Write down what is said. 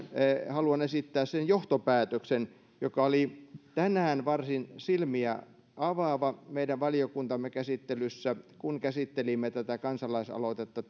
haluan esittää johtopäätöksen joka oli tänään varsin silmiä avaava meidän valiokuntamme käsittelyssä kun käsittelimme kansalaisaloitetta